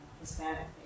Hispanic